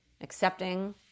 Accepting